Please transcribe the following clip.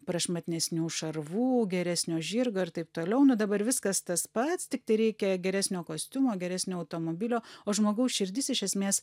prašmatnesnių šarvų geresnio žirgo ir taip toliau nu dabar viskas tas pats tik tai reikia geresnio kostiumo geresnio automobilio o žmogaus širdis iš esmės